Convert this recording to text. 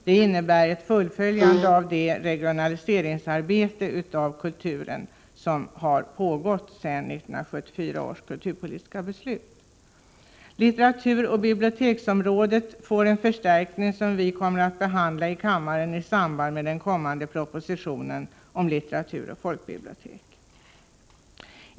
Det innebär ett fullföljande av det regionaliseringsarbete av kulturen som har pågått sedan 1974 års kulturpolitiska beslut. Litteraturoch biblioteksområdet får också en förstärkning, och det kommer vi att behandla i kammaren i samband med den kommande propositionen om litteratur och folkbibliotek.